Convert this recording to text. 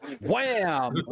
Wham